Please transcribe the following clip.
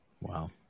Wow